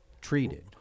treated